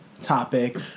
topic